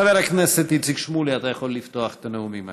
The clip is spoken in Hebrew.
חבר הכנסת איציק שמולי, אתה יכול לפתוח את הנאומים